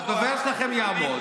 הדובר שלכם יעמוד,